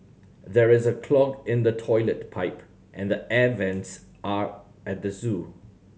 there is a clog in the toilet pipe and the air vents are at the zoo